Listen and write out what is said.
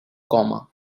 coma